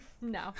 No